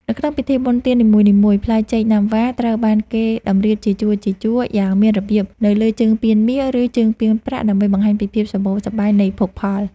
នៅក្នុងពិធីបុណ្យទាននីមួយៗផ្លែចេកណាំវ៉ាត្រូវបានគេតម្រៀបជាជួរៗយ៉ាងមានរបៀបនៅលើជើងពានមាស ឬជើងពានប្រាក់ដើម្បីបង្ហាញពីភាពសម្បូរសប្បាយនៃភោគផល។